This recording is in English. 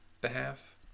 behalf